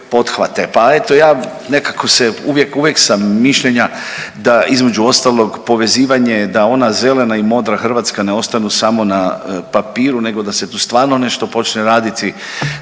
Pa eto ja nekako se, uvijek, uvijek sam mišljenja da između ostalog povezivanje da ona zelena i modra Hrvatska ne ostanu samo na papiru nego da se tu stvarno nešto počne raditi,